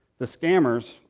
the scammers